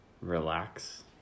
Relax